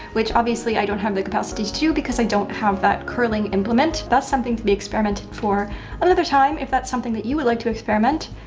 which obviously, i don't have the capacity to do, because i don't have that curling implement. that's something to be experimented for another time. if that's something that you would like to experiment,